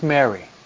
Mary